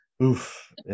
Oof